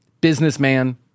businessman